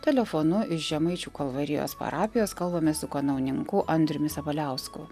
telefonu iš žemaičių kalvarijos parapijos kalbamės su kanauninku andriumi sabaliausku